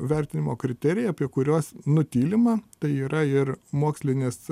vertinimo kriterijai apie kuriuos nutylima tai yra ir mokslinės